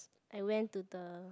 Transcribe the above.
I went to the